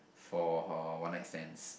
for a one night stands